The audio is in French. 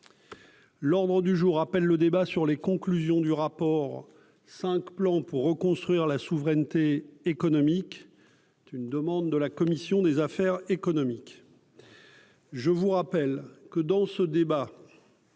L'ordre du jour appelle le débat sur les conclusions du rapport 5 plans pour reconstruire la souveraineté économique d'une demande de la commission des affaires économiques. Je vous rappelle que dans ce débat,